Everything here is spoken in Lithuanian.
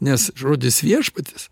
nes žodis viešpatis